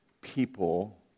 people